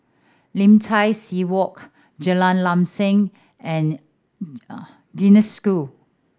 Lim Tai See Walk Jalan Lam Sam and Genesis School